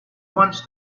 wants